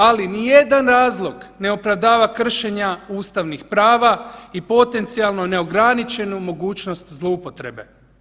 Ali nijedan razlog ne opravdava kršenja ustavnih prava i potencijalno neograničenu mogućnost zloupotrebe.